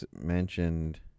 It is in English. mentioned